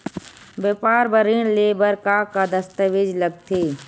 व्यापार बर ऋण ले बर का का दस्तावेज लगथे?